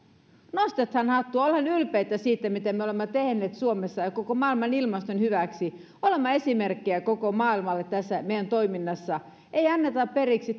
nostetaan hattua ollaan ylpeitä siitä mitä me olemme tehneet suomessa ja koko maailman ilmaston hyväksi olemme esimerkkejä koko maailmalle meidän toiminnallamme ei anneta periksi